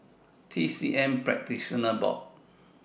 TCM Practitioners Board